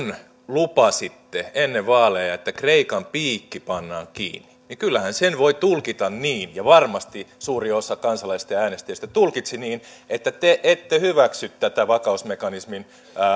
lupasitte ennen vaaleja että kreikan piikki pannaan kiinni kyllähän sen voi tulkita niin ja varmasti suuri osa kansalaisista ja äänestäjistä tulkitsi niin että te ette hyväksy tätä vakausmekanismin